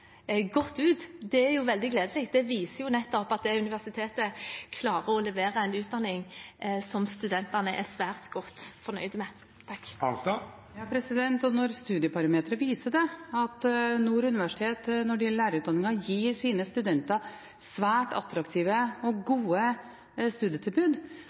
godt ut. Det er veldig gledelig. Det viser nettopp at det universitetet klarer å levere en utdanning som studentene er svært godt fornøyd med. Når Studiebarometeret viser at Nord universitet når det gjelder lærerutdanningen, gir sine studenter svært attraktive og gode studietilbud,